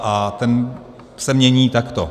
A ten se mění takto: